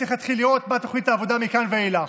צריך להתחיל לראות מה תוכנית העבודה מכאן ואילך.